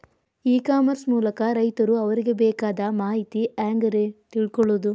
E commerce ಮೂಲಕ ರೈತರು ಅವರಿಗೆ ಬೇಕಾದ ಮಾಹಿತಿ ಹ್ಯಾಂಗ ರೇ ತಿಳ್ಕೊಳೋದು?